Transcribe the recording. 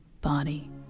body